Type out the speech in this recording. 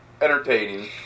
entertaining